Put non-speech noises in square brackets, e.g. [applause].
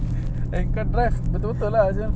[breath]